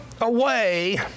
away